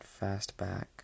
Fastback